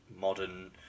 modern